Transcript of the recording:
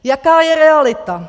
Jaká je realita?